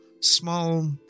small